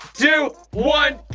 two, one.